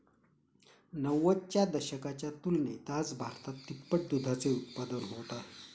नव्वदच्या दशकाच्या तुलनेत आज भारतात तिप्पट दुधाचे उत्पादन होत आहे